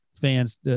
fans